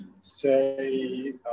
say